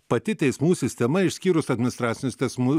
pati teismų sistema išskyrus administracinius teismu